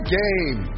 game